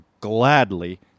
gladly